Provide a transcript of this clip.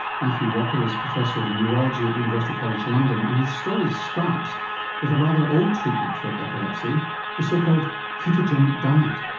matthew walker is professor of neurology at university college london and his story starts with a rather old treatment for epilepsy the so-called ketogenic diet.